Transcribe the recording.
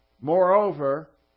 moreover